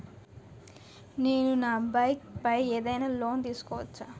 నేను నా బైక్ పై ఏదైనా లోన్ తీసుకోవచ్చా?